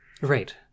right